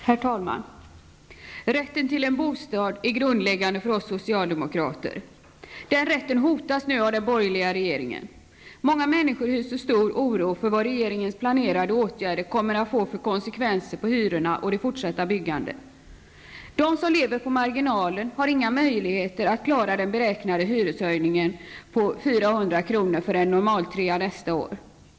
Herr talman! Rätten till en bostad är grundläggande för oss socialdemokrater. Den rätten hotas nu av den borgerliga regeringen. Många människor hyser stor oro för vad regeringens planerade åtgärder kommer att få för konsekvenser för hyrorna och det fortsatta byggandet. De som lever på marginalen har inga möjligheter att klara den beräknade hyreshöjningen på 400 kr. för en normaltrea nästa år.